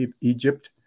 Egypt